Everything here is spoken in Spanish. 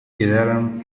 quedaron